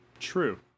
true